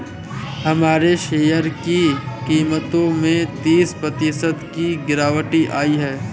हमारे शेयर की कीमतों में तीस प्रतिशत की गिरावट आयी है